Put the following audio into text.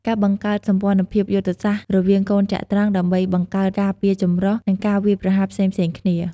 ការបង្កើតសម្ព័ន្ធភាពយុទ្ធសាស្ត្ររវាងកូនចត្រង្គដើម្បីបង្កើតការពារចម្រុះ និងការវាយប្រហារផ្សេងៗគ្នា។